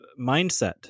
Mindset